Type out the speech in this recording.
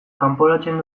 kanporatzen